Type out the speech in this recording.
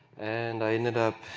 and i ended up,